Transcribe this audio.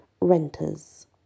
renters